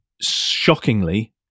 Shockingly